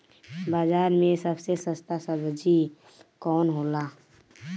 बाजार मे सबसे सस्ता सबजी कौन होला?